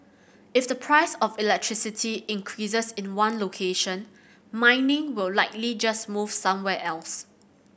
if the price of electricity increases in one location mining will likely just move somewhere else